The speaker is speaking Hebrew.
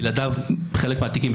בלעדיו חלק המתיקים,